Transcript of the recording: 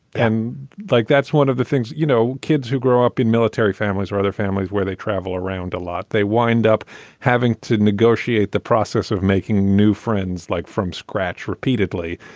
and like that's one of the things you know kids who grow up in military families or other families where they travel around a lot. they wind up having to negotiate the process of making new friends like from scratch repeatedly.